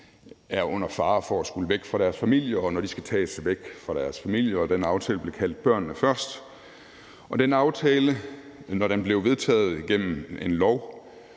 er i fare for at skulle væk fra deres familie, og når de skal tages væk fra deres familie. Den aftale blev kaldt »Børnene Først«. Den blev vedtaget som lov